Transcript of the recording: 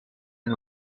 and